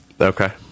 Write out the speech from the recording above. Okay